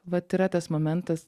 vat yra tas momentas